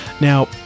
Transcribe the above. Now